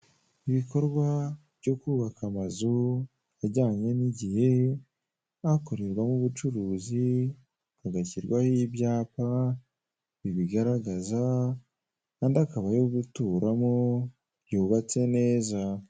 Ibikorwa byo kubaka amazu ajyanye n'igihe akorerwamo ubucuruzi, agashyirwaho ibyapa bibigaragaza andi akaba ayo guturamo yubatse neza.